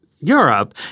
Europe